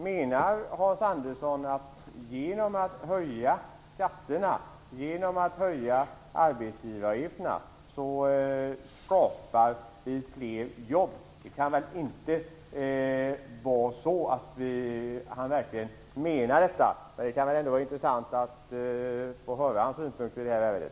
Menar Hans Andersson att vi genom att höja skatter och arbetsgivaravgifter skapar fler jobb? Hans Andersson kan inte mena det. Det vore ändå intressant att få höra Hans Anderssons synpunkter i det avseendet.